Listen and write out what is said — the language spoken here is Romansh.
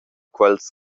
quels